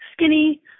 skinny